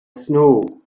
snow